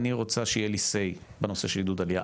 אני רוצה שיהיה לי SAY בנושא של עידוד עלייה,